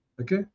Okay